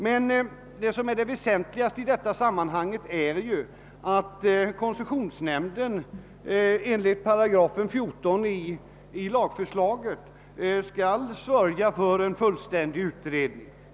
Men det väsentligaste i detta sammanhang är att koncessionsnämnden enligt 14 8 i lagförslaget skall sörja för en fullständig utredning.